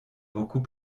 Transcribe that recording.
beaucoup